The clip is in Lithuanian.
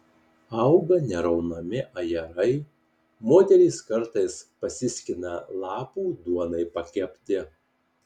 auga neraunami ajerai moterys kartais pasiskina lapų duonai pakepti